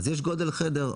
אז יש גודל לחדר.